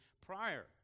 prior